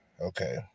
okay